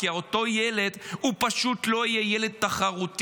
כי אותו ילד פשוט לא יהיה ילד תחרותי.